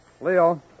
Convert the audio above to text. Leo